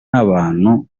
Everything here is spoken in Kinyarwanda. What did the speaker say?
nk’abantu